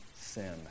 sin